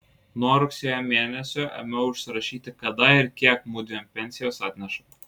nuo rugsėjo mėnesio ėmiau užsirašyti kada ir kiek mudviem pensijos atneša